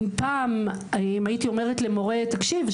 אם פעם הייתי אומרת למורה תקשיב,